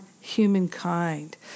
humankind